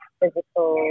physical